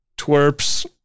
twerps